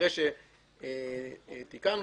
אחרי שביקרנו,